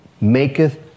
maketh